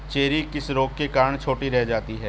Cherry किस रोग के कारण छोटी रह जाती है?